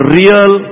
real